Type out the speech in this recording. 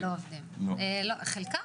חלקם,